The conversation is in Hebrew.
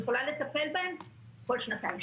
היא יכולה לטפל בהם כל שנתיים.